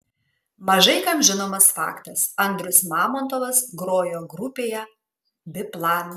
mažai kam žinomas faktas andrius mamontovas grojo grupėje biplan